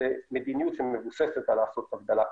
למדיניות שמבוססת על לעשות הבדלה כזאת.